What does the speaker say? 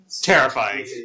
terrifying